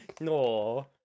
No